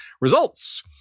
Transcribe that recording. results